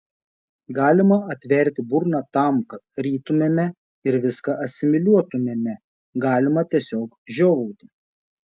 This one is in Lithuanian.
galima atverti burną tam kad rytumėme ir viską asimiliuotumėme galima tiesiog žiovauti